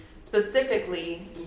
specifically